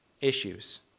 issues